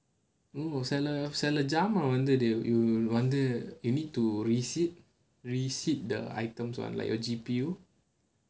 oh சில ஜாமான்:sila jaamaan you need to recede receipt the items one like your G_P_U